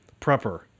prepper